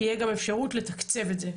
תהיה גם אפשרות לתקצב את זה.